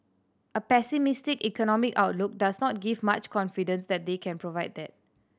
a pessimistic economic outlook does not give much confidence that they can provide that